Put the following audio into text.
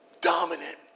Dominant